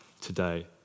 today